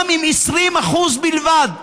גם אם 20% בלבד,